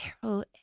Carol